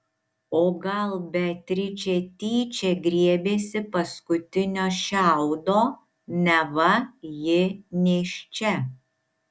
o gal beatričė tyčia griebėsi paskutinio šiaudo neva ji nėščia